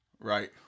Right